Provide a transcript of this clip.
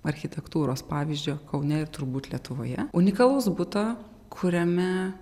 architektūros pavyzdžio kaune ir turbūt lietuvoje unikalaus buto kuriame